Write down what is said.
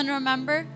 remember